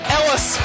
Ellis